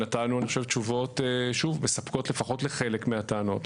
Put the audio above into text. אני חושב שנתנו תשובות מספקות לפחות לחלק מהטענות.